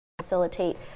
facilitate